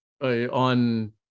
on